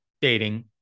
dating